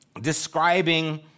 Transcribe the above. describing